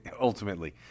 Ultimately